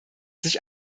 sich